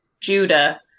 Judah